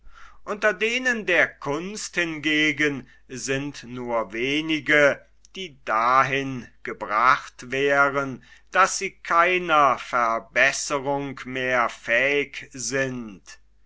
unter denen der kunst hingegen sind nur wenige die dahin gebracht wären daß sie keiner verbesserung mehr fähig sind